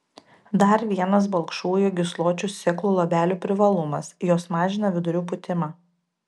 dar vienas balkšvųjų gysločių sėklų luobelių privalumas jos mažina vidurių pūtimą